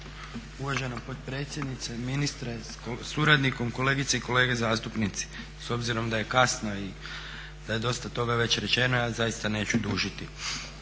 Uvažena potpredsjednice, ministre sa suradnikom, kolegice i kolega zastupnici. S obzirom da je kasno i da je dosta toga već rečeno ja zaista neću dužiti.